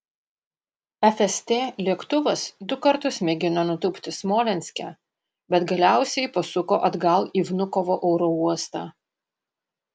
fst lėktuvas du kartus mėgino nutūpti smolenske bet galiausiai pasuko atgal į vnukovo oro uostą